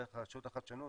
דרך רשות החדשנות,